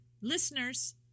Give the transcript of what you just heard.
listeners